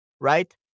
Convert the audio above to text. right